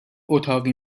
اتاقی